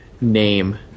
name